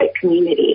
community